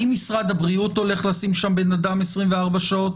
האם משרד הבריאות הולך לשים שם בן אדם 24 שעות?